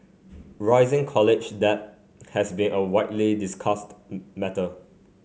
rising college debt has been a widely discussed matter